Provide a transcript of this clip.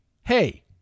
hey